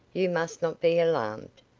you must not be alarmed.